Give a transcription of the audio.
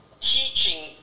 teaching